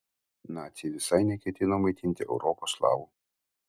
naciai visai neketino maitinti europos slavų